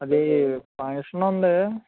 అదీ ఫంక్షన్ ఉంది